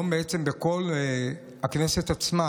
בכל הכנסת עצמה